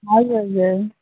हजुर हजुर